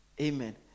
amen